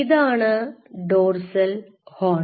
ഇതാണ് dorsal horn